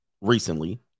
recently